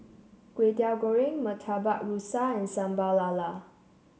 Kway Teow Goreng Murtabak Rusa and Sambal Lala